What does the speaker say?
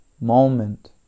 moment